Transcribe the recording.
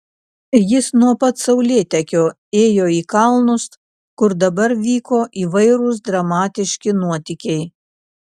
jis nuo pat saulėtekio ėjo į kalnus kur dabar vyko įvairūs dramatiški nuotykiai